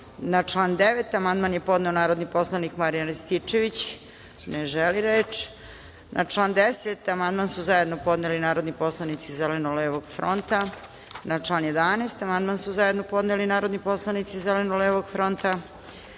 član 9. amandman je podneo narodni poslanik Marijan Rističević. Ne želi reč. Na član 10. amandman su zajedno podneli narodni poslanici Zeleno-levog fronta. Na član 11. amandman su zajedno podneli narodni poslanici Zeleno-levog fronta. Na